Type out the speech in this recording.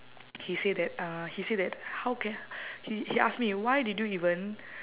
he say that uh he say that how ca~ he he ask me why did you even